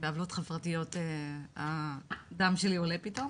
בעוולות חברתיות, הדם שלי עולה פתאום